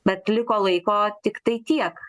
bet liko laiko tiktai tiek